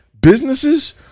Businesses